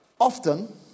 often